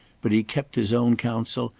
but he kept his own counsel,